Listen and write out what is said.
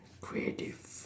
creative